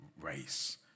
race